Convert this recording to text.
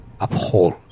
uphold